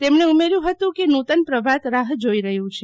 તેમણે ઉમેર્યું હતું કે નૂતન પ્રભાત રાહ જોઈ રહ્યું છે